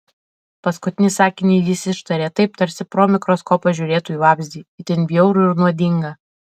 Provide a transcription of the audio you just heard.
paskutinį sakinį jis ištarė taip tarsi pro mikroskopą žiūrėtų į vabzdį itin bjaurų ir nuodingą